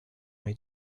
may